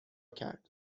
کرد